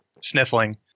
sniffling